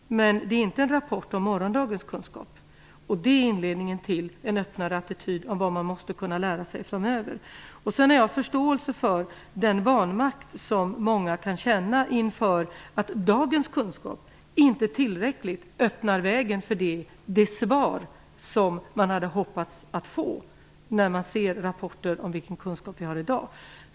Men det är inte en rapport om morgondagens kunskap. Det är inledningen till en öppnare attityd om vad man måste kunna lära sig framöver. Jag har förståelse för den vanmakt som många kan känna inför att dagens kunskap inte tillräckligt öppnar vägen för det svar man hade hoppats att få när man ser rapporter om vilken kunskap vi har i dag.